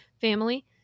family